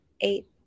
eight